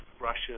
Russia